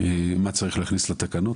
ומה צריך להכניס לתקנות.